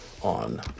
on